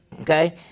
Okay